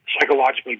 Psychologically